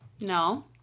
No